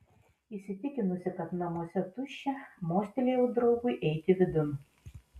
įsitikinusi kad namuose tuščia mostelėjau draugui eiti vidun